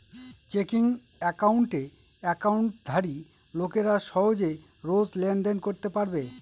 checking একাউণ্টে একাউন্টধারী লোকেরা সহজে রোজ লেনদেন করতে পারবে